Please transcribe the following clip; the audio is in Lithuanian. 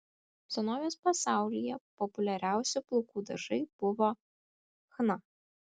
senovės pasaulyje populiariausi plaukų dažai buvo chna